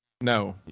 No